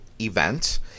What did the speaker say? event